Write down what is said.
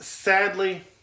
Sadly